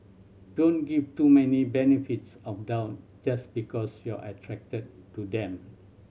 don't give too many benefits of doubt just because you're attracted to them